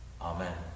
Amen